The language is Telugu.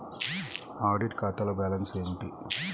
ఆడిట్ ఖాతాలో బ్యాలన్స్ ఏమిటీ?